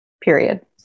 period